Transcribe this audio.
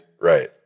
Right